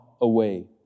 away